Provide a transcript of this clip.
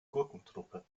gurkentruppe